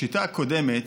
בשיטה הקודמת